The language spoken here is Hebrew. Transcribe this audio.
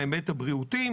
מההיבט הבריאותי,